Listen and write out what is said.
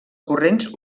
corrents